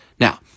Now